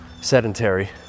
sedentary